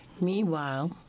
Meanwhile